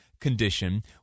condition